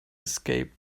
escaped